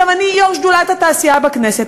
אני יו"ר שדולת התעשייה בכנסת,